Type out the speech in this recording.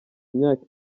imyaka